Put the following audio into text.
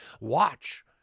Watch